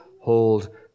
hold